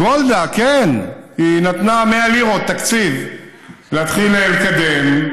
גולדה, כן, היא נתנה 100 לירות תקציב להתחיל לקדם.